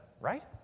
right